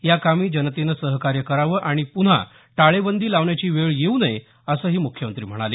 या कामी जनतेनं सहकार्य करावं आणि पुन्हा टाळेबंदी लावण्याची वेळ येऊ नये असंही मुख्यमंत्री म्हणाले